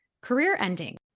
career-ending